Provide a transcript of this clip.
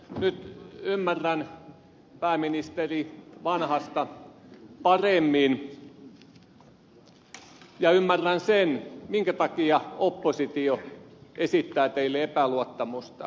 nyt ymmärrän pääministeri vanhasta paremmin ja ymmärrän sen minkä takia oppositio esittää teille epäluottamusta